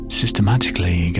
systematically